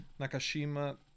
Nakashima